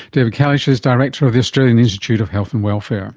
david kalisch is director of the australian institute of health and welfare